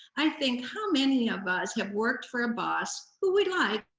i think how many of us have worked for a boss who we like,